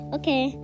okay